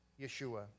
Yeshua